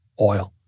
oil